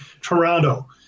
Toronto